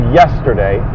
yesterday